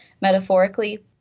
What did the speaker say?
metaphorically